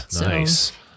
nice